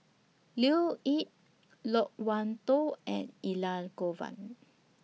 Leo Yip Loke Wan Tho and Elangovan